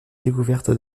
découverte